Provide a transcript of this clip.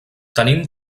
tenim